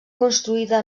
construïda